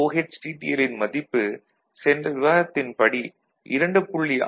VOH ன் மதிப்பு சென்ற விவாதத்தின் படி 2